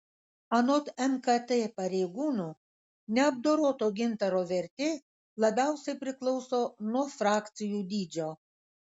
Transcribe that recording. anot mkt pareigūnų neapdoroto gintaro vertė labiausiai priklauso nuo frakcijų dydžio